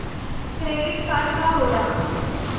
Credit card का होला?